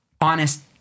honest